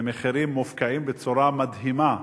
במחירים מופקעים בצורה מדהימה,